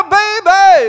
baby